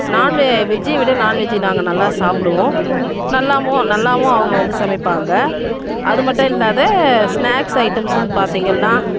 நான்வெ வெஜ்ஜை விட நான்வெஜ்ஜி நாங்கள் நல்லா சாப்பிடுவோம் நல்லாவும் நல்லாவும் அவங்க வந்து சமைப்பாங்க அது மட்டும் இல்லாது ஸ்நாக்ஸ் ஐட்டம்ஸ்ஸுன் பார்த்தீங்கன்னா